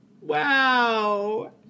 Wow